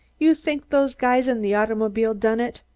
you think those guys in the automobile done it.